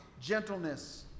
gentleness